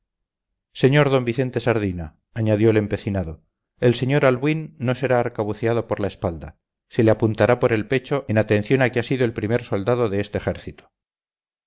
sr d vicente sardina añadió el empecinado el sr albuín no será arcabuceado por la espalda se le apuntará por el pecho en atención a que ha sido el primer soldado de este ejército